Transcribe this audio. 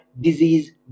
disease